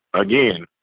Again